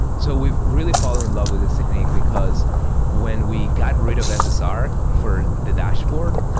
so we've really fallen in love with this technique because when we got rid of ssr for the dashboard,